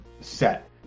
set